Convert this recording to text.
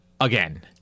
again